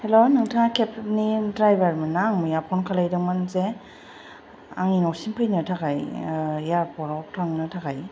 हेल नोंथाङा केबनि ड्राइभार मोनना आं मैया फन खालाम दोंमोन जे आंनि न'सिम फैनो थाखाय एयारपर्टयाव थांनो थाखाय